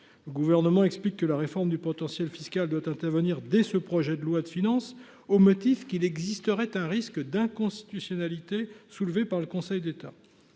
Le Gouvernement explique que la réforme du potentiel fiscal des départements doit intervenir dès ce projet de loi de finances, au motif qu’il existerait un risque d’inconstitutionnalité soulevé par le Conseil d’État.